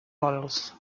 models